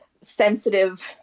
sensitive